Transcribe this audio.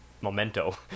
memento